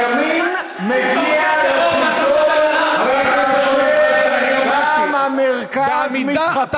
הימין מגיע לשלטון כאשר גם המרכז מתחפש לימין,